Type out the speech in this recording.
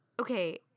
Okay